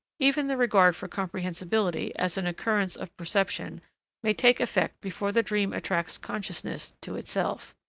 even the regard for comprehensibility as an occurrence of perception may take effect before the dream attracts consciousness to itself.